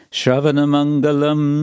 Shravanamangalam